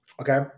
Okay